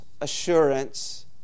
assurance